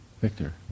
Victor